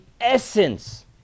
essence